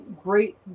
great